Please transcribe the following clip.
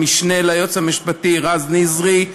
המשנה ליועץ המשפטי רז נזרי,